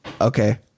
Okay